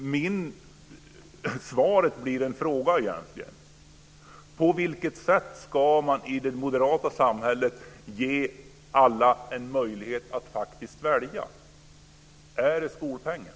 Svaret blir ett par frågor: På vilket sätt ska man i det moderata samhället ge alla en möjlighet att faktiskt välja? Är det skolpengen?